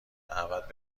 دعوت